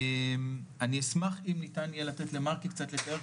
אני אשמח אם ניתן לתת למרקי קצת לתאר,